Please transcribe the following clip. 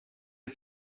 les